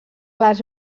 les